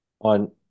On